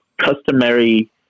customary